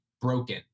broken